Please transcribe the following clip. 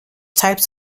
types